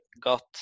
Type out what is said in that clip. got